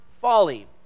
folly